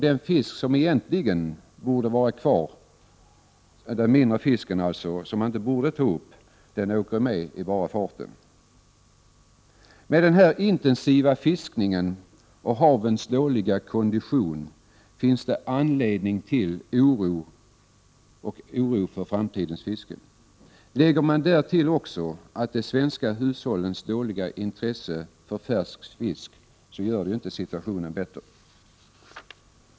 Den fisk som egentligen inte borde tas upp utan borde få vara kvar i havet, dvs. mindre fisk, åker med av bara farten. Med denna intensiva fiskning och havens dåliga kondition finns det anledning att oroa sig för framtidens fiske. Lägger man därtill de svenska hushållens dåliga intresse för färsk fisk, gör det inte situationen bättre.